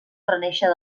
renéixer